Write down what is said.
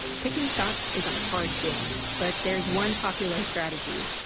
picking stocks is a hard game but there's one popular strategy.